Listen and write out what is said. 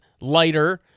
lighter